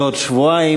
בעוד שבועיים,